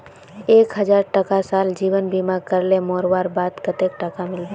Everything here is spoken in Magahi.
एक हजार टका साल जीवन बीमा करले मोरवार बाद कतेक टका मिलबे?